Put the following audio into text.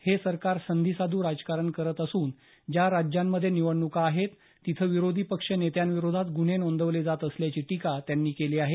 हे सरकार संधीसाधू राजकारण करत असून ज्या राज्यांमध्ये निवडणुका आहेत तिथं विरोधी पक्ष नेत्यांविरुद्ध गुन्हे नोंदवले जात असल्याची टीका त्यांनी केली आहे